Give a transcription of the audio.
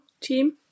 team